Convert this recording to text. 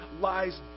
lies